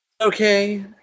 Okay